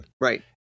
Right